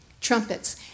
Trumpets